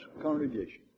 congregation